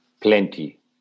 plenty